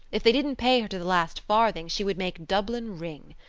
if they didn't pay her to the last farthing she would make dublin ring.